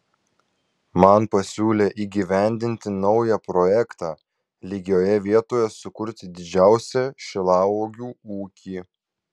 man pasiūlė įgyvendinti naują projektą lygioje vietoje sukurti didžiausią šilauogių ūkį